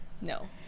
No